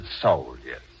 soldiers